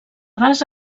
base